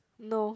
no